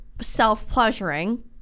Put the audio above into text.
self-pleasuring